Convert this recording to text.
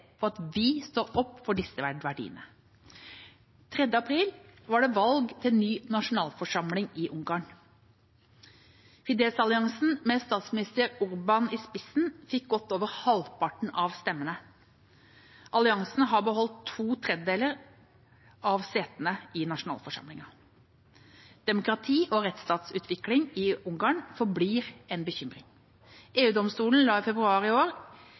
at vi står opp for disse verdiene. 3. april var det valg til ny nasjonalforsamling i Ungarn. Fidesz-alliansen med statsminister Orbán i spissen fikk godt over halvparten av stemmene. Alliansen har beholdt to tredjedeler av setene i nasjonalforsamlingen. Demokrati- og rettsstatsutvikling i Ungarn forblir en bekymring. EU-domstolen ga i februar i år